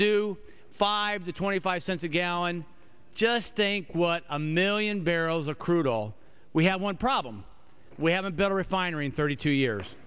do five to twenty five cents a gallon just think what a million barrels of crude all we have one problem we have a better refinery in thirty two years